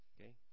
Okay